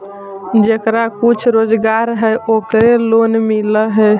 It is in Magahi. जेकरा कुछ रोजगार है ओकरे लोन मिल है?